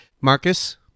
Marcus